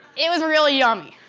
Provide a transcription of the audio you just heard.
it was really yummy.